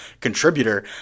contributor